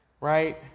right